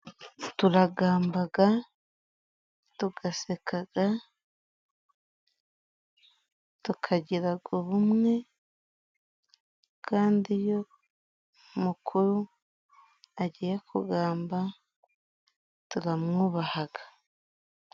Turagambaga, tugasekaga, tukagiraga ubumwe, kandi iyo mukuru agiye kugamba turamwubahaga.